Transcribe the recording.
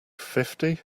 fifty